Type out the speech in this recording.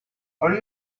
are